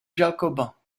jacobins